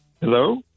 hello